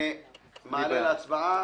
אני מעלה להצבעה.